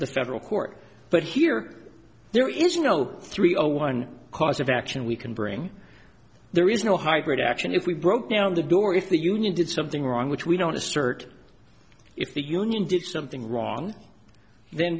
the federal court but here there is no three a one cause of action we can bring there is no hybrid action if we broke down the door if the union did something wrong which we don't assert if the union did something wrong then